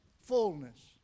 fullness